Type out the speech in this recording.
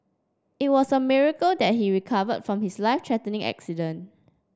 it was a miracle that he recovered from his life threatening accident